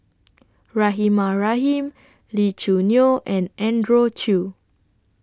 Rahimah Rahim Lee Choo Neo and Andrew Chew